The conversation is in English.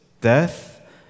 death